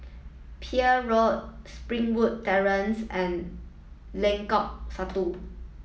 Peel Road Springwood Terrace and Lengkok Satu